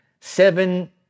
seven